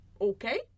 Okay